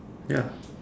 ya